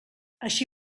així